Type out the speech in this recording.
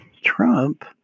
Trump